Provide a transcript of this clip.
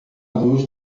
luz